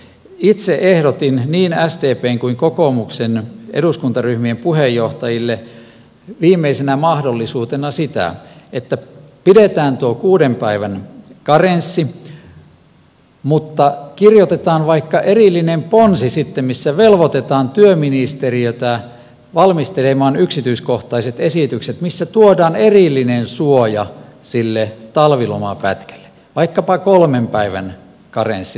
itse ehdotin niin sdpn kuin kokoomuksen eduskuntaryhmien puheenjohtajille viimeisenä mahdollisuutena sitä että pidetään tuo kuuden päivän karenssi mutta kirjoitetaan vaikka erillinen ponsi sitten missä velvoitetaan työministeriötä valmistelemaan yksityiskohtaiset esitykset missä tuodaan erillinen suoja sille talvilomapätkälle vaikkapa kolmen päivän karenssi talviloman osalta